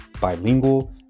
bilingual